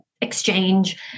exchange